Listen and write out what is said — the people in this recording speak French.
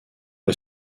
est